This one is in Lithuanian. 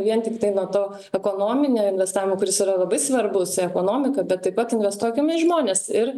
vien tiktai nuo to ekonominio investavimo kuris yra labai svarbus ekonomiką bet taip pat investuokime į žmones ir